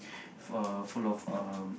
uh full of um